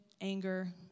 anger